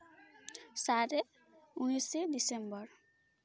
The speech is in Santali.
ᱥᱟᱞᱨᱮ ᱩᱱᱤᱥᱮ ᱰᱤᱥᱮᱢᱵᱚᱨ